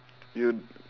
you